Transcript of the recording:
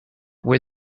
where